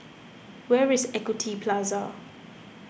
where is Equity Plaza